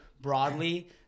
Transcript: broadly